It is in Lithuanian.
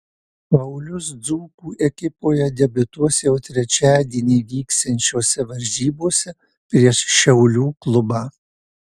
paulius dzūkų ekipoje debiutuos jau trečiadienį vyksiančiose varžybose prieš šiaulių klubą